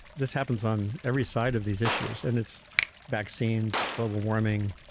this happens on every side of these issues, and it's vaccines, global warming,